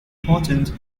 important